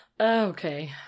Okay